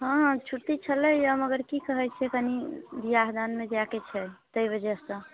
हँ छुट्टी छलैया मगर की कहैत छी कनि बिआह दानमे जायके छै ताहि वजह से